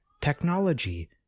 technology